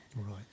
Right